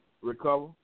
recover